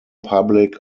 public